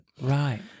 Right